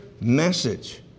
message